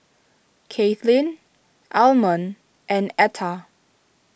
Kathlyn Almon and Etta